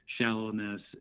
shallowness